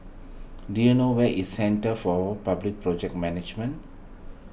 do you know where is Centre for Public Project Management